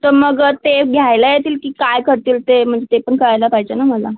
तर मग ते घ्यायला येतील की काय करतील ते म्हणजे ते पण कळायला पाहिजे ना मला